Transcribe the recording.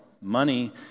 Money